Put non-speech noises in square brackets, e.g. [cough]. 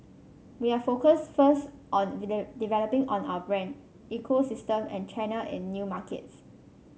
we are focused first on [unintelligible] developing on our brand ecosystem and channel in new markets